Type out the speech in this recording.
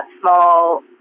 small